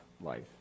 life